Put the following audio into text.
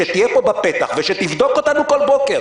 שתהיה פה בפתח ושתבדוק אותנו בכל בוקר